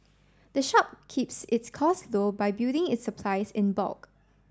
the shop keeps its costs low by building its supplies in bulk